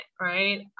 right